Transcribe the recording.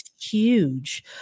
huge